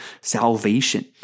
salvation